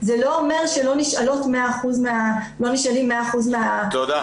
זה לא אומר שלא נשאלים 100% מה- -- תודה.